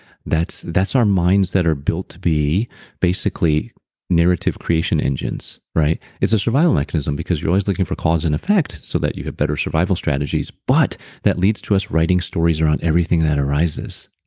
that's that's our minds that are built to be basically narrative creation engines, right? it's a survival mechanism because you're always looking for cause and effect so that you have better survival strategies. but that leads to us writing stories around everything that arises